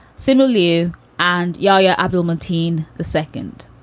simeulue and yahaya abdul mateen. the second.